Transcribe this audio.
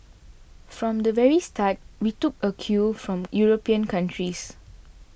from the very start we took a cue from European countries